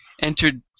entered